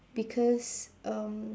because um